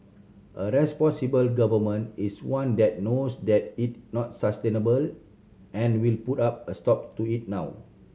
a responsible Government is one that knows that is not sustainable and will put up a stop to it now